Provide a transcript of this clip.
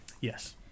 Yes